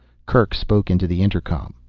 kerk spoke into the intercom.